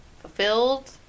fulfilled